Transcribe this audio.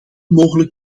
mogelijk